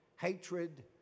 hatred